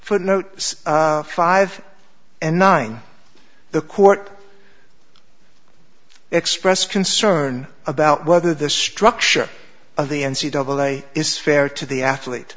footnote five and nine the court expressed concern about whether the structure of the n c double a is fair to the athlete